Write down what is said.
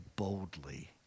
boldly